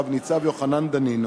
רב-ניצב יוחנן דנינו,